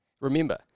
remember